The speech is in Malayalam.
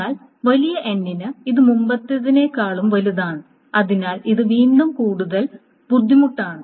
എന്നാൽ വലിയ n ന് ഇത് മുമ്പത്തേതിനേക്കാൾ വലുതാണ് അതിനാൽ ഇത് വീണ്ടും കൂടുതൽ ബുദ്ധിമുട്ടാണ്